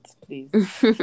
Please